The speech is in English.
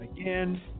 Again